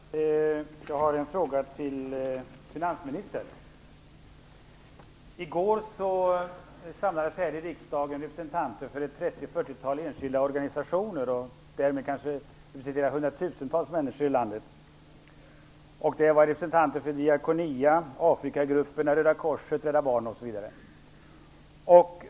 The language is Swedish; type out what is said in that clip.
Fru talman! Jag har en fråga till finansministern. I går samlades här i Riksdagshuset representanter för ett fyrtiotal enskilda organisationer och därmed för kanske hundratusentals människor i landet. Det var representanter för Diakonia, Afrikagrupperna. Röda korset, Rädda Barnen m.m.